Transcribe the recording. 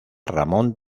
ramón